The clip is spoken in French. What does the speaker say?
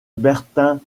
bertin